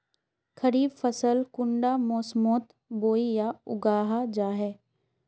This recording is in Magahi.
खरीफ फसल कुंडा मोसमोत बोई या उगाहा जाहा?